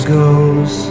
goes